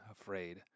afraid